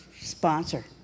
sponsor